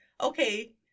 okay